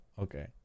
Okay